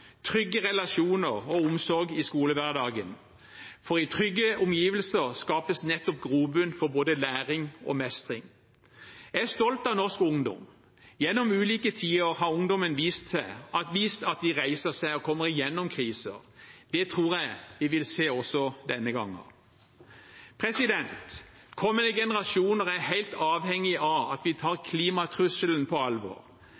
trygge relasjoner og omsorg i skolehverdagen, for i trygge omgivelser skapes nettopp grobunn for både læring og mestring. Jeg er stolt av norsk ungdom. Gjennom ulike tider har ungdommen vist at de reiser seg og kommer gjennom kriser. Det tror jeg vi vil se også denne gangen. Kommende generasjoner er helt avhengig av at vi tar klimatrusselen på alvor.